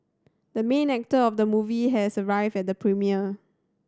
the main actor of the movie has arrived at the premiere